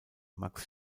max